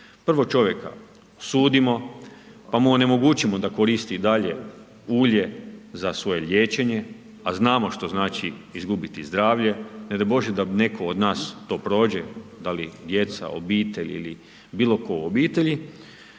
Prvo čovjeka sudimo, pa mu onemogućimo da koristi i dalje ulje za svoje liječenje, a znamo što znači izgubiti zdravlje, ne daj Bože da netko od nas to prođe, da li djeca, obitelj ili bilo tko u obitelji,